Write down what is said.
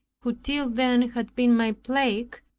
who till then had been my plague,